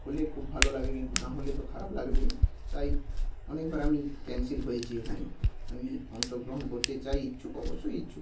হলে খুব ভালো লাগে কিন্তু না হলে তো খারাপ লাগবেই তাই অনেকবার আমি ক্যানসেল হয়েছি এখানে আমি অংশগ্রহণ করতে চাই ইচ্ছুক অবশ্যই ইচ্ছুক